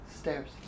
stairs